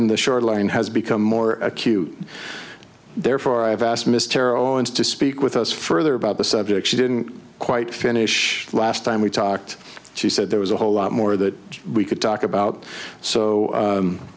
n the shoreline has become more acute therefore i have asked mr owens to speak with us further about the subject she didn't quite finish last time we talked she said there was a whole lot more that we could talk about so